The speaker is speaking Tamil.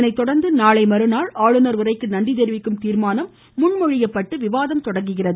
அதனைத் தொடர்ந்து நாளைமறுநாள் ஆளுநர் உரைக்கு நன்றி தெரிவிக்கும் தீர்மானம் முன்மொழியப் பட்டு விவாதம் தொடங்குகிறது